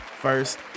first